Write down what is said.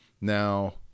now